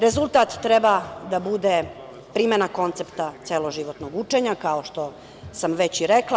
Rezultat treba da bude primena koncepta celoživotnog učenja, kao što sam već i rekla.